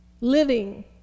Living